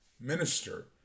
minister